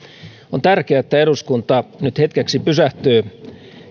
on tärkeää että eduskunta nyt hetkeksi pysähtyy